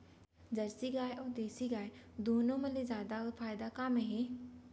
Jersey गाय अऊ देसी गाय दूनो मा ले जादा फायदा का मा हे?